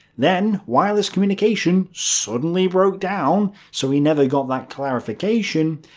then wireless communication suddenly broke down, so he never got that clarification.